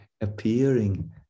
appearing